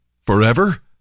Forever